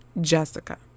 Jessica